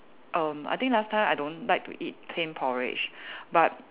erm I think last time I don't like to eat plain porridge but